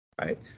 Right